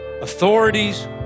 authorities